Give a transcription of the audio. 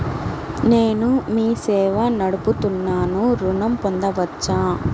నేను మీ సేవా నడుపుతున్నాను ఋణం పొందవచ్చా?